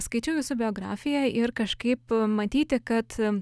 skaičiau jūsų biografiją ir kažkaip matyti kad